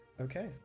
Okay